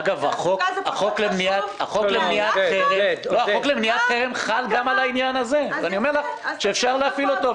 אגב החוק למניעת חרם חל גם על העניין הזה ואפשר להפעיל אותו.